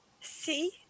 See